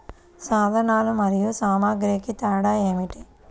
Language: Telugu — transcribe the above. సాధనాలు మరియు సామాగ్రికి తేడా ఏమిటి?